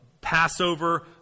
Passover